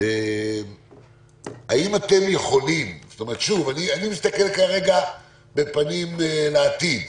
אני מסתכל כרגע בפנים לעתיד.